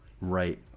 right